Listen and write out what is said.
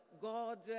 God